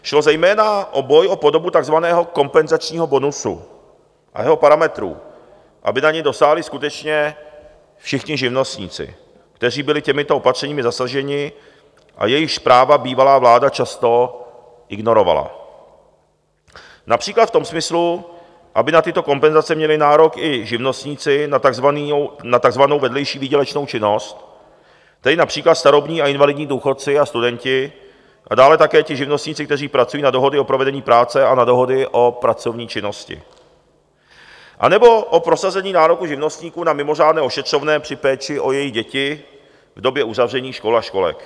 Šlo zejména o boj o podobu takzvaného kompenzačního bonusu a jeho parametrů, aby na něj dosáhli skutečně všichni živnostníci, kteří byli těmito opatřeními zasaženi a jejichž práva bývalá vláda často ignorovala, například v tom smyslu, aby na tyto kompenzace měli nárok i živnostníci na takzvanou vedlejší výdělečnou činnost, tedy například starobní a invalidní důchodci a studenti, a dále také ti živnostníci, kteří pracují na dohody o provedení práce a na dohody o pracovní činnosti, anebo o prosazení nároku živnostníků na mimořádné ošetřovné při péči o jejich děti v době uzavření škol a školek.